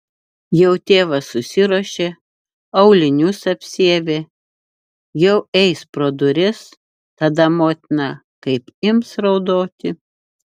jau tėvas susiruošė aulinius apsiavė jau eis pro duris tada motina kaip ims raudoti